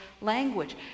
language